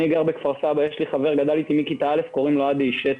אני גר בכפר סבא ויש לי חבר שגדל אתי מכיתה א' קוראים לו עדי אישטה.